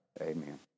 Amen